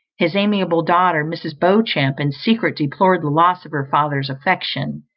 his amiable daughter, mrs. beauchamp, in secret deplored the loss of her father's affection,